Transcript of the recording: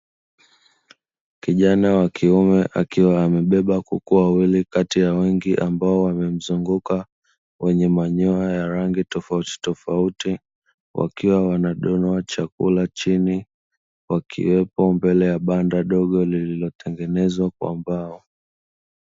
Kijana wa kiume akiwa amebeba kuku wawili kati ya wengi ambao wamemzunguka, wenye manyoya ya rangi tofautitofauti, wakiwa wanadonoa chakula chini, wakiwepo mbele ya banda dogo lililotengenezwa kwa mbao.